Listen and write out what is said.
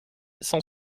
cent